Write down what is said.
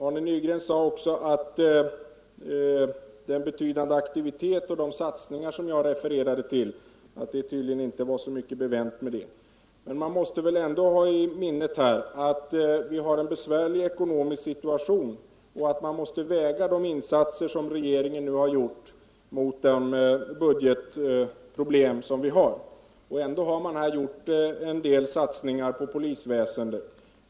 Arne Nygren sade också att det inte var så mycket bevänt med den aktivitet och de betydande satsningar som jag refererade till. Man måste emellertid ha i minnet att vi har en besvärlig ekonomisk situation cch att regeringens insatser måste vägas mot budgetproblemen. Ändå har regeringen gjort en del satsningar på polisväsendet.